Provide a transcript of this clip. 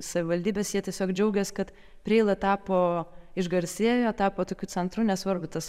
savivaldybės jie tiesiog džiaugės kad preila tapo išgarsėjo tapo tokiu centru nesvarbu tas